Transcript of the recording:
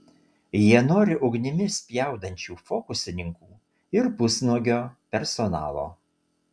jie nori ugnimi spjaudančių fokusininkų ir pusnuogio personalo